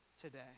today